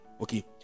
okay